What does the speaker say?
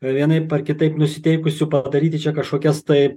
vienaip ar kitaip nusiteikusių padaryti čia kažkokias tai